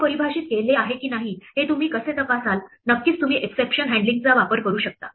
नाव परिभाषित केले आहे की नाही हे तुम्ही कसे तपासाल नक्कीच तुम्ही एक्सेप्शन हँडलिंग वापरू शकता